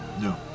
No